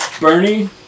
Bernie